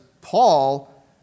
Paul